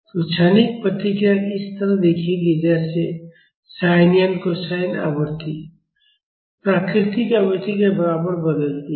तो क्षणिक प्रतिक्रिया इस तरह दिखेगी जैसे साइन या कोसाइन आवृत्ति प्राकृतिक आवृत्ति के बराबर बदलती है